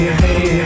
hey